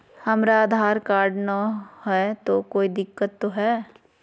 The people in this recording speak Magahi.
हमरा आधार कार्ड न हय, तो कोइ दिकतो हो तय?